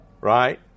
right